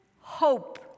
hope